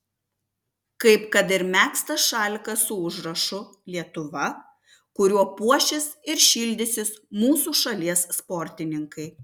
kaip kad ir megztas šalikas su užrašu lietuva kuriuo puošis ir šildysis mūsų šalies sportininkai